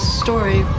story